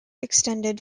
extended